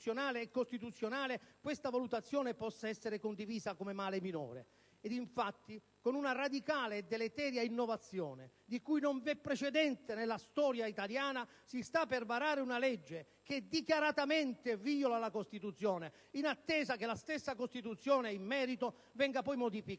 e costituzionale, tale valutazione possa essere condivisa come male minore. Ed infatti, con una radicale e deleteria innovazione, di cui non v'è precedente nella storia italiana, si sta per varare una legge che dichiaratamente viola la Costituzione, in attesa che la stessa Costituzione, in merito, venga modificata